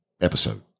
episode